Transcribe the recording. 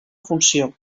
funció